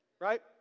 Right